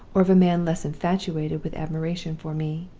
or of a man less infatuated with admiration for me.